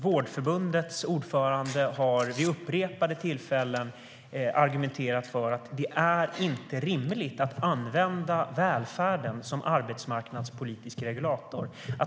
Vårdförbundets ordförande har vid upprepade tillfällen argumenterat för att det inte är rimligt att använda välfärden som arbetsmarknadspolitisk regulator.